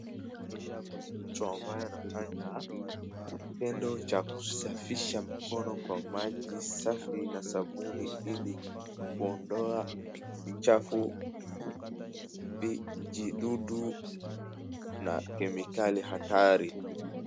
Huyu ni mtu ambaye anafanya kitendo cha kusafisha mikono kwa maji safi na sabuni ili kuondoa uchafu, vijidudu na kemikali hatari.